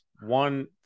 One